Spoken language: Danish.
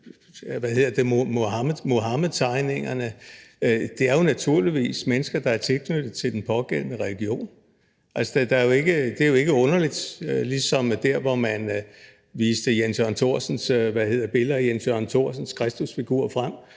Muhammedtegningerne? Det er jo naturligvis mennesker, der er tilknyttet den pågældende religion. Det er ikke underligt. Da man viste billeder af Jens Jørgen Thorsens kristusfigur frem